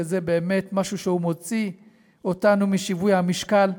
שזה באמת משהו שמוציא אותנו משיווי המשקל,